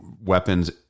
weapons